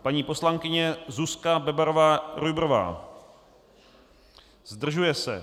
Paní poslankyně Zuzka Bebarová Rujbrová: Zdržuje se.